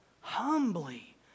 humbly